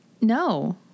No